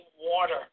water